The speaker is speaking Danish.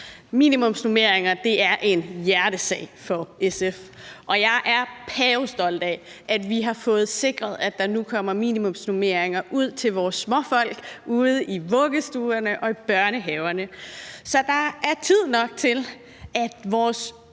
Minimumsnormeringer er en hjertesag for SF, og jeg er pavestolt over, at vi har fået sikret, at der nu kommer minimumsnormeringer ude hos vores småfolk i vuggestuerne og i børnehaverne, så der er tid nok til, at vores